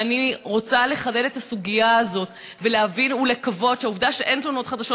ואני רוצה לחדד את הסוגיה הזאת ולקוות שהעובדה שאין תלונות חדשות